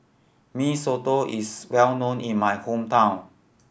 Mee Soto is well known in my hometown